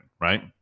right